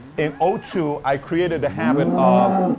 in ah two, i created a habit of